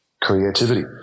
creativity